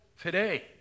today